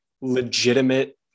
legitimate